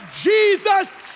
Jesus